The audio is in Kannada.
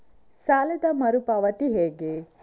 ಸಾಲದ ಮರು ಪಾವತಿ ಹೇಗೆ?